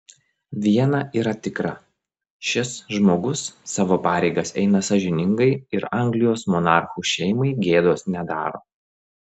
viena yra tikra šis žmogus savo pareigas eina sąžiningai ir anglijos monarchų šeimai gėdos nedaro